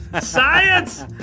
Science